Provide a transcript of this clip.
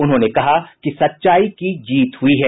उन्होंने कहा कि सच्चाई की जीत हुई है